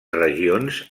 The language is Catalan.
regions